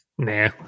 Nah